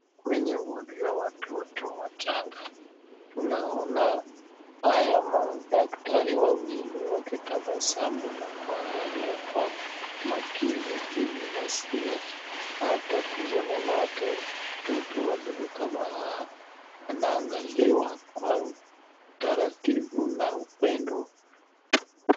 Kwenye wadi ya watoto wachanga, tunaona hawa madaktari wawili wakitabasamu na kuangalia kwa makini ili wasiwe na tatizo lolote, watoto wadogo kama hawa wanaangaliwa kwa utaratibu na upendo.